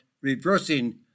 reversing